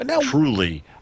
truly